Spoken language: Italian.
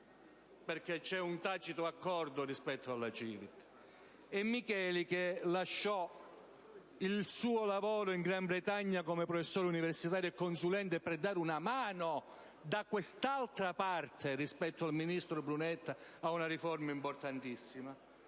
(perché c'è un tacito accordo rispetto alla CiVIT). Micheli, che lasciò il suo lavoro in Gran Bretagna come professore universitario e consulente per dare una mano, da quest'altra parte rispetto al ministro Brunetta, a una riforma importantissima,